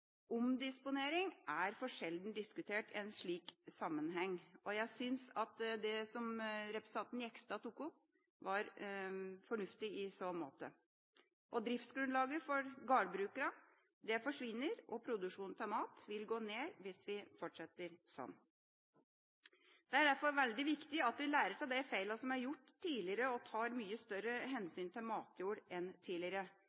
Omdisponering er for sjelden diskutert i en slik sammenheng. Jeg synes det som representanten Jegstad tok opp, var fornuftig i så måte. Driftsgrunnlaget for gardbrukerne forsvinner, og produksjonen av mat vil gå ned hvis man fortsetter sånn. Det er derfor veldig viktig at vi lærer av de feilene som er gjort tidligere, og tar mye større hensyn til matjord enn tidligere.